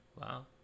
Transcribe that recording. wow